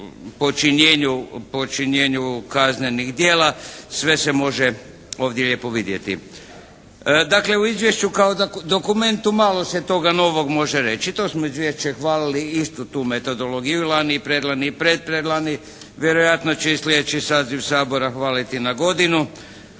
počinjenju kaznenih djela. Sve se može ovdje lijepo vidjeti. Dakle, u izvješću kao dokumentu malo se toga novog može reći. To smo izvješće hvalili, istu tu metodologiju i lani i pred lani i pred pred lani. Vjerojatno će i slijedeći saziv Sabora hvaliti na godinu.